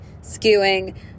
skewing